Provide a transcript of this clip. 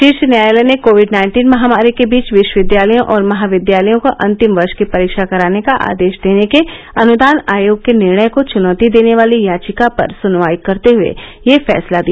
शीर्ष न्यायालय ने कोविड नाइन्टीन महामारी के बीच विश्वविद्यालयों और महाविद्यालयों को अंतिम वर्ष की परीक्षा कराने का आदेश देने के अनुदान आयोग के निर्णय को चुनौती देने वाली याचिकाओं पर सुनवाई करते हुए यह फैसला दिया